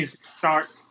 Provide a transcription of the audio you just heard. start